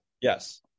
Yes